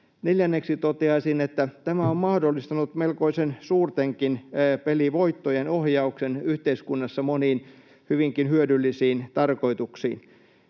Neljänneksi toteaisin, että tämä on mahdollistanut melkoisen suurtenkin pelivoittojen ohjauksen yhteiskunnassa moniin hyvinkin hyödyllisiin tarkoituksiin.